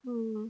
mm